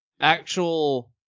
actual